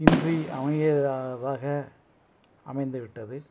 இன்றி அமையாததாக அமைந்துவிட்டது